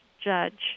judge